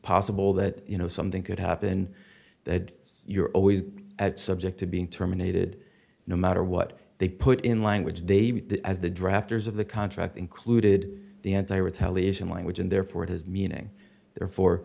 possible that you know something could happen that you're always at subject to being terminated no matter what they put in language they be as the drafters of the contract included the end i retaliate in language and therefore it has meaning therefor